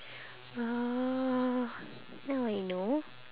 ya now I know